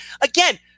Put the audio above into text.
again